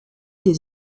des